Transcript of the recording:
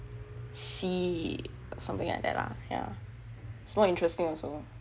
see something like that lah yah it's more interesting also